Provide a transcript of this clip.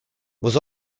was